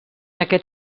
aquest